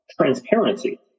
transparency